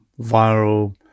viral